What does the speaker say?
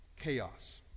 chaos